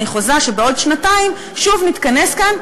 אני חוזה שבעוד שנתיים שוב נתכנס כאן,